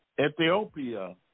Ethiopia